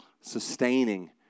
sustaining